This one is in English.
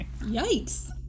yikes